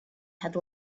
had